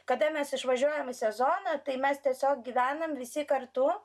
kada mes išvažiuojam į sezoną tai mes tiesiog gyvenam visi kartu